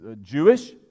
jewish